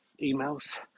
emails